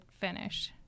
finish